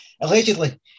Allegedly